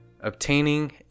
Obtaining